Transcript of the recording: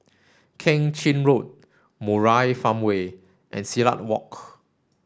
Keng Chin Road Murai Farmway and Silat Walk